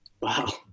Wow